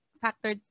factor